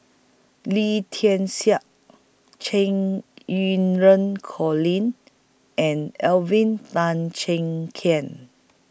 Lee Tian Siak Cheng Colin and Alvin Tan Cheong Kheng